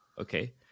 Okay